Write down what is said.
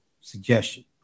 suggestion